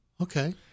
Okay